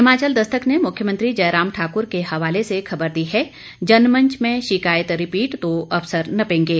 हिमाचल दस्तक ने मुख्यमंत्री जयराम ठाकुर के हवाले से खबर दी है जनमंच में शिकायत रिपीट तो अफसर नपेंगे